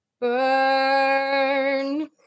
Burn